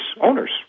owners